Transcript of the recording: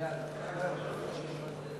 רצון הממשלה להחיל דין רציפות אושר.